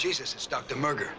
jesus stuck to murder